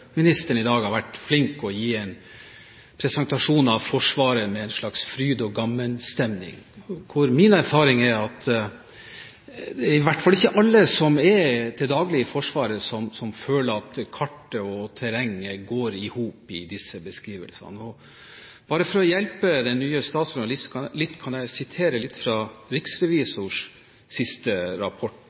statsministeren, i dag har vært flink til å gi en presentasjon av Forsvaret med en slags fryd-og-gammen-stemning. Min erfaring er at det i hvert fall ikke er alle som til daglig er i Forsvaret, som føler at kartet og terrenget går i hop i disse beskrivelsene. For å hjelpe den nye statsråden litt kan jeg sitere litt fra riksrevisors siste rapport: